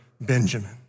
Benjamin